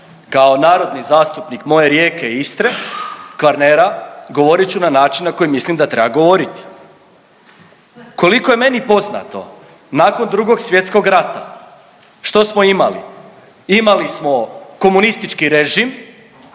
kao narodni zastupnik moje Rijeke i Istre, Kvarnera govorit ću na način na koji mislim da treba govoriti. Koliko je meni poznato nakon Drugog svjetskog rata što smo imali? Imali smo komunistički režim